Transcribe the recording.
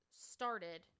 started